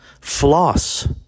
Floss